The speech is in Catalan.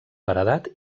paredat